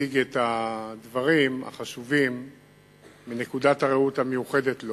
הציג את הדברים החשובים מנקודת הראות המיוחדת לו.